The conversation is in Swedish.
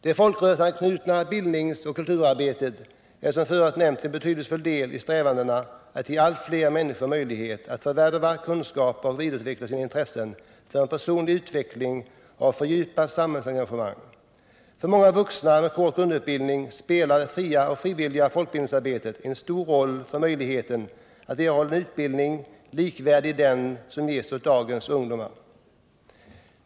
Det folkrörelseanknutna bildningsoch kulturarbetet är, som förut nämnts, en betydelsefull del i strävandena att ge allt fler människor möjlighet att förvärva kunskaper och vidareutveckla sina intressen för en personlig utveckling och ett fördjupat samhällsengagemang. För många vuxna med kort grundutbildning spelar det fria och frivilliga folkbildningsarbetet en stor roll för möjligheten att erhålla en utbildning likvärdig med den som ges dagens ungdom.